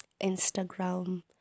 Instagram